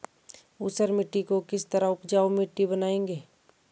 ऊसर मिट्टी को किस तरह उपजाऊ मिट्टी बनाएंगे?